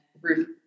Ruth